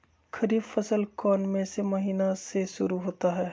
खरीफ फसल कौन में से महीने से शुरू होता है?